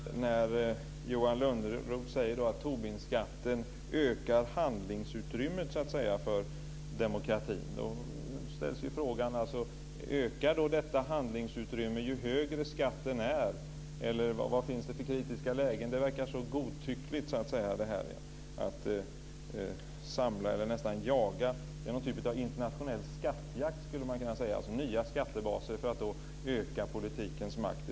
Fru talman! När Johan Lönnroth säger att Tobinskatten ökar handlingsutrymmet för demokratin måste ju frågan ställas: Ökar detta handlingsutrymme ju högre skatten är? Eller vad finns det för kritiska lägen? Det verkar så godtyckligt, detta att samla, eller nästan jaga - det är en typ av internationell skattjakt, skulle man kunna säga - nya skattebaser för att öka politikens makt.